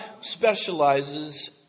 specializes